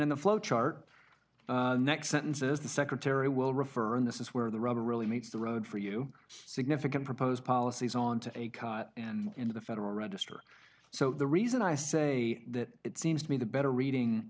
in the flow chart next sentences the secretary will refer and this is where the rubber really meets the road for you significant proposed policies on to in the federal register so the reason i say that it seems to me the better reading